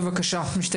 בבקשה.